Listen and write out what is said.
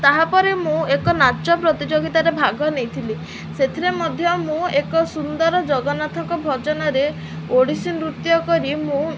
ତାହାପରେ ମୁଁ ଏକ ନାଚ ପ୍ରତିଯୋଗିତାରେ ଭାଗ ନେଇଥିଲି ସେଥିରେ ମଧ୍ୟ ମୁଁ ଏକ ସୁନ୍ଦର ଜଗନ୍ନାଥଙ୍କ ଭଜନରେ ଓଡ଼ିଶୀ ନୃତ୍ୟ କରି ମୁଁ